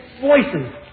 Voices